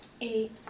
Eight